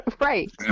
Right